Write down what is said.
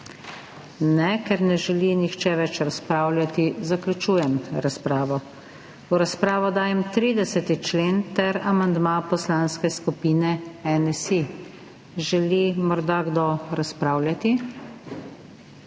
(Ne.) Ker ne želi nihče več razpravljati, zaključujem razpravo. V razpravo dajem 30. člen ter amandma Poslanske skupine NSi. Želi morda kdo razpravljati?